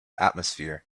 atmosphere